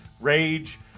Rage